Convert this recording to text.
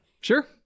Sure